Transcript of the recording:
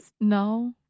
No